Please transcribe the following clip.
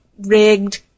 rigged